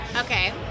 Okay